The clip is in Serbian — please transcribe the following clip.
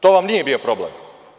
To vam nije bio problem?